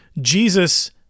Jesus